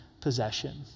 possession